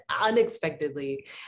unexpectedly